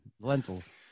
Lentils